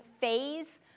phase